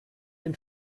den